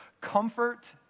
Comfort